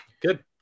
good